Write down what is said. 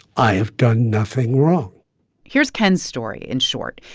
i have done nothing wrong here's ken's story, in short.